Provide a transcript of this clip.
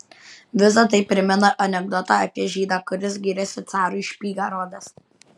visa tai primena anekdotą apie žydą kuris gyrėsi carui špygą rodęs